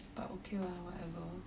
but okay lah whatever